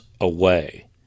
away